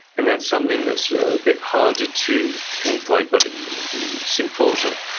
and then something that's a bit harder to pinpoint, but it's important,